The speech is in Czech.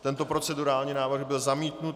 Tento procedurální návrh byl zamítnut.